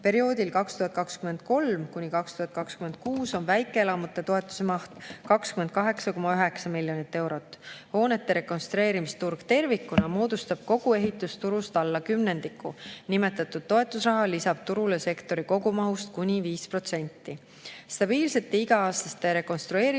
Perioodil 2023–2026 on väikeelamute toetuse maht 28,9 miljonit eurot. Hoonete rekonstrueerimise turg tervikuna moodustab kogu ehitusturust alla kümnendiku. Nimetatud toetusraha lisab turule sektori kogumahust kuni 5%. Stabiilsete iga-aastaste rekonstrueerimismahtude